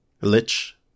lich